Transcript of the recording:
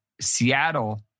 Seattle